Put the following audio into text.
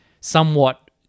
somewhat